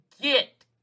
get